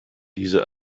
diese